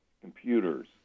computers